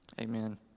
Amen